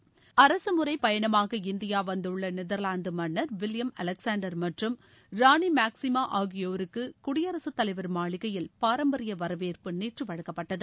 அரகமுரற பயனமாக இந்தியா வந்துள்ள நெதர்லாந்து மன்னர் வில்லியம் அலெக்சான்டர் மற்றும் ராணி மேக்சிமா ஆகியோருக்கு குடியரசுத் தலைவர் மாளிகையில் பாரம்பரிய வரவேற்பு நேற்று வழங்கப்பட்டது